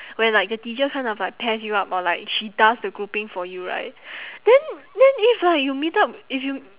when like the teacher kind of like pairs you up or like she does the grouping for you right then then if like you meet up if you